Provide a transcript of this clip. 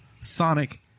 Sonic